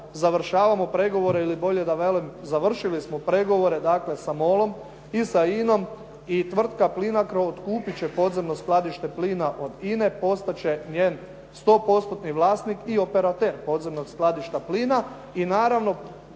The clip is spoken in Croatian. završavamo pregovore, ili bolje da velim završili smo pregovore, dakle sa MOL-om i sa INA-om i tvrtka Plinacro otkupiti će podzemno skladište plina od INA-e, postati će njen 100%-tni vlasnik i operater podzemnog skladišta plina i naravno,